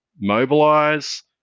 mobilize